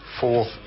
fourth